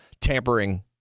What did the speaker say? tampering